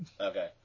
Okay